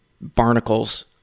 Barnacles